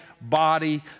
body